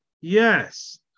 Yes